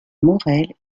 maurel